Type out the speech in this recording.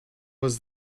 was